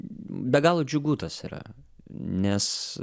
be galo džiugu tas yra nes